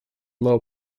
low